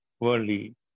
worldly